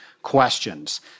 questions